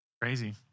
Crazy